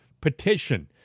petition